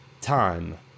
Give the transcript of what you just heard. time